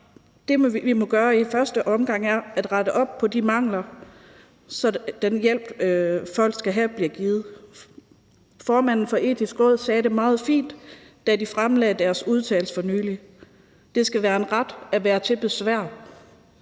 det, vi må gøre i første omgang, er, at rette op på de mangler, så den hjælp, folk skal have, bliver givet. Formanden for Det Etiske Råd sagde det meget fint, da de fremlagde deres udtalelse for nylig: Det skal være en ret at være til besvær.